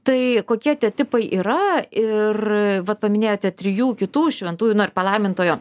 tai kokie tie tipai yra ir vat paminėjote trijų kitų šventųjų na ar palaimintojo